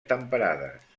temperades